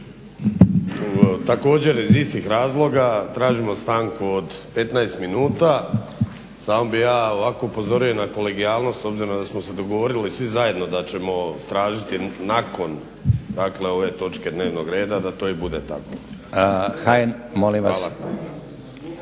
Također iz istih razloga tražimo stanku od 15 minuta. Samo bih ja ovako upozorio na kolegijalnost, obzirom da smo se dogovorili svi zajedno da ćemo tražiti nakon, dakle ove točke dnevnog reda da to i bude tako. Hvala.